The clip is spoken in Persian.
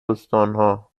استانها